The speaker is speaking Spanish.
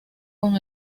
con